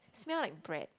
smell like bread